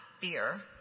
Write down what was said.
beer